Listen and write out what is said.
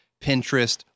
Pinterest